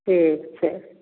ठीक छै